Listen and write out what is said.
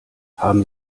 haben